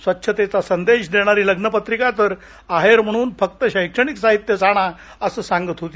स्वच्छतेचा संदेश देणारी लग्नपत्रिका तर आहेर म्हणून फक्त शैक्षणिक साहित्यच आणा असं सांगत होती